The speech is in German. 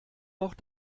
noch